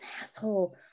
asshole